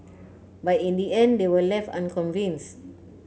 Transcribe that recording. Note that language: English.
but in the end they were left unconvinced